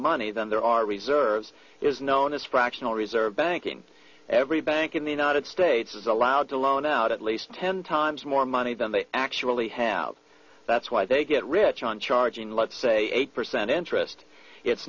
money than there are reserves is known as fractional reserve banking every bank in the united states is allowed to loan out at least ten times more money than they actually have that's why they get rich on charging let's say eight percent interest it's